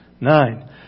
Nine